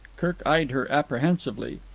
kirk eyed her apprehensively.